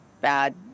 bad